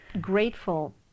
grateful